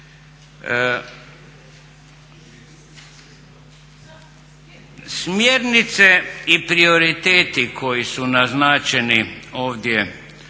Smjernice i prioriteti koji su naznačeni u